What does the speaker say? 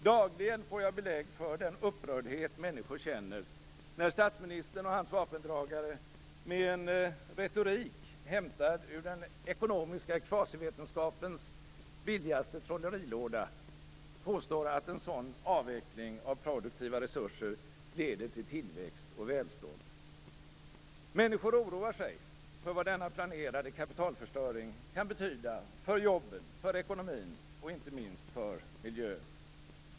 Dagligen får jag belägg för den upprördhet människor känner, när statsministern och hans vapendragare med en retorik hämtad ur den ekonomiska kvasivetenskapens billigaste trollerilåda påstår att en sådan avveckling av produktiva resurser leder till tillväxt och välstånd. Människor oroar sig för vad denna planerade kapitalförstöring kan betyda för jobben, för ekonomin och inte minst för miljön.